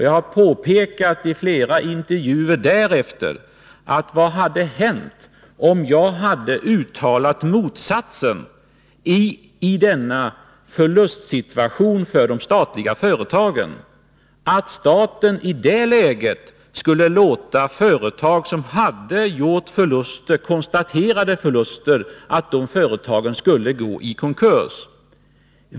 Jag har i flera intervjuer därefter ställt frågan: Vad hade hänt om jag hade uttalat motsatsen i de statliga företagens förlustsituation, nämligen att staten i det läget skulle låta företag som hade gjort konstaterade förluster gå i konkurs?